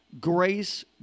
grace